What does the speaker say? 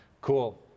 Cool